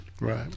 Right